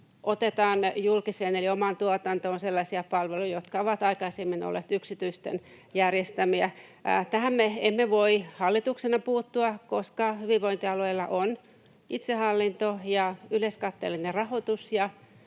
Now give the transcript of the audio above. otetaan julkiseen eli omaan tuotantoon sellaisia palveluja, jotka ovat aikaisemmin olleet yksityisten järjestämiä. Tähän me emme voi hallituksena puuttua, koska hyvinvointialueilla on itsehallinto ja yleiskatteellinen rahoitus